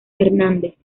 hernández